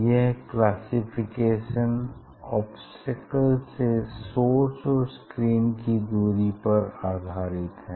यह classification obstacle से source और स्क्रीन की दूरी पर आधारित है